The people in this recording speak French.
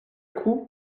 coup